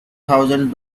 thousand